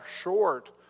short